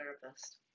therapist